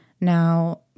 Now